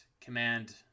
command